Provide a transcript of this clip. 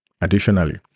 Additionally